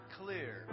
clear